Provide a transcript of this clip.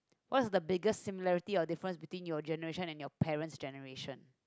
what is the biggest similarity or difference between your generation and your parent generation